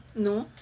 no